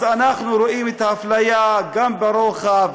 אז אנחנו רואים את האפליה גם ברוחב,